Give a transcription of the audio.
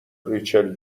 ریچل